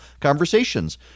conversations